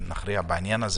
שנכריע בעניין,